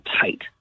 tight